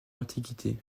l’antiquité